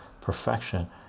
perfection